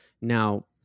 Now